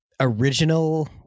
original